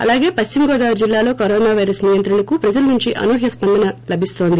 అలాగే పశ్చిమగోదావరి జిల్లాలో corona virus నియంత్రణకు ప్రజల నుంచి అనూహ్య మద్దతు లభిస్తోంది